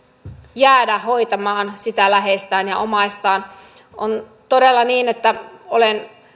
jäädä hoitamaan sitä läheistään ja omaistaan on todella niin että olen